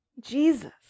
Jesus